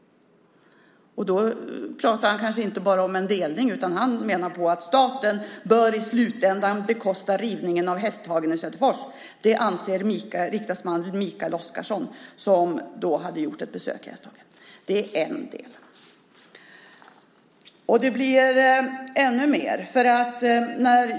Då pratade han kanske inte bara om en delning, utan han menade att staten i slutändan bör bekosta rivningen av Hästhagen i Söderfors. Det anser riksdagsman Mikael Oscarsson som hade gjort ett besök i Hästhagen. Det blir mer.